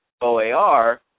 O-A-R